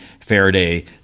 Faraday